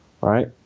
Right